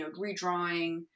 redrawing